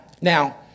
now